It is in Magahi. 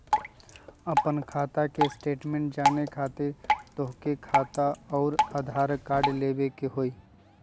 आपन खाता के स्टेटमेंट जाने खातिर तोहके खाता अऊर आधार कार्ड लबे के होइ?